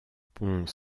pont